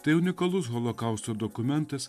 tai unikalus holokausto dokumentas